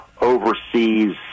overseas